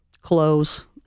clothes